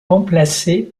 remplacée